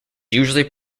usually